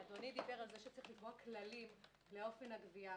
ואדוני דיבר על זה שצריך לקבוע כללים לאופן הגבייה,